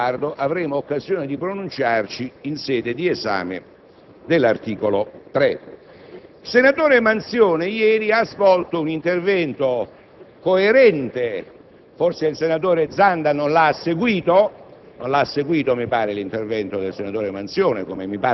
come già ho avuto modo di dire in Commissione e al riguardo avremo occasione di pronunciarci in sede di esame di tale articolo. Il senatore Manzione ieri ha svolto un intervento coerente - ma forse il senatore Zanda non l'ha seguito,